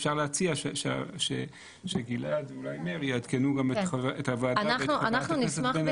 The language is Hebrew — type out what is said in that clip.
אפשר להציע שגלעד ואבנר יעדכנו גם את הוועדה ואת חברת הכנסת בן